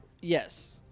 Yes